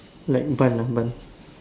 like bun ah bun